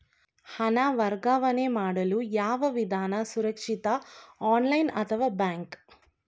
ಹಣ ವರ್ಗಾವಣೆ ಮಾಡಲು ಯಾವ ವಿಧಾನ ಸುರಕ್ಷಿತ ಆನ್ಲೈನ್ ಅಥವಾ ಬ್ಯಾಂಕ್?